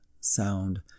sound